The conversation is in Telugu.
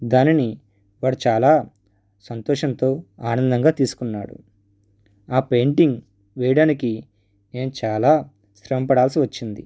దానిని వాడు చాలా సంతోషంతో ఆనందంగా తీసుకున్నాడు ఆ పెయింటింగ్ వేయడానికి నేను చాలా శ్రమ పడాల్సి వచ్చింది